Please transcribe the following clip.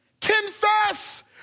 Confess